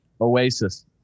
oasis